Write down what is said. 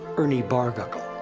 ernie barguckle.